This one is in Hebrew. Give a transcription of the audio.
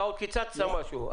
אתה עוד קיצצת משהו.